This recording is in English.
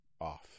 off